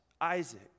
Isaac